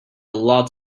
lot